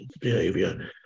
behavior